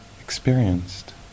experienced